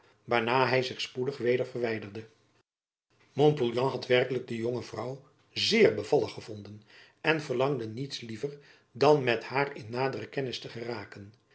waarna hy zich spoedig weder verwijderde montpouillan had werkelijk de jonge vrouw zeer bevallig gevonden en verlangde niets liever dan met haar in nadere kennis te geraken